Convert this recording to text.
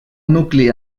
nucli